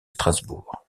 strasbourg